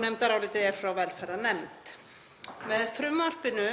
Nefndarálitið er frá velferðarnefnd. Með frumvarpinu